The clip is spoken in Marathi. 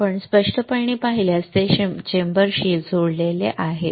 आपण स्पष्टपणे पाहिल्यास ते चेंबरशी जोडलेले आहे